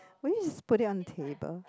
why you just put it on table